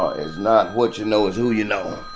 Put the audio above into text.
ah it's not what you know. it's who you know